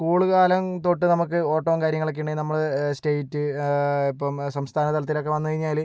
school കാലം തൊട്ട് നമുക്ക് ഓട്ടം കാര്യങ്ങളൊക്കെ ഇണ്ടെങ്കി നമ്മള് സ്റ്റേറ്റ് ഇപ്പം സംസ്ഥാന തലത്തിലൊക്കെ വന്നു കഴിഞ്ഞാല്